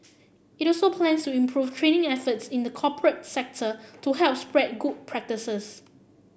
it also plans to improve training efforts in the corporate sector to help spread good practices